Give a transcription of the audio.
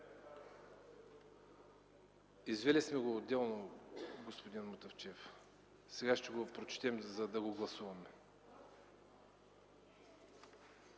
Извели сме го отделно, господин Мутафчиев. Сега ще го прочетем, за да го гласуваме.